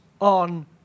on